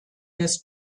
des